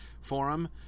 forum